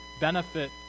benefit